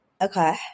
Okay